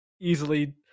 easily